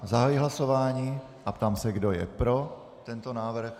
Zahajuji hlasování a ptám se, kdo je pro tento návrh.